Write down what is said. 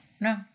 no